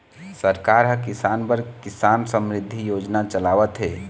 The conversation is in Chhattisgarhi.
सरकार ह किसान बर किसान समरिद्धि योजना चलावत हे